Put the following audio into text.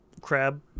crab